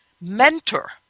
Mentor